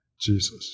Jesus